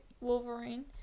Wolverine